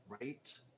Right